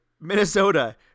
Minnesota